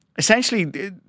Essentially